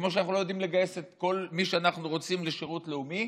כמו שאנחנו לא יודעים לגייס את כל מי שאנחנו רוצים לשירות לאומי,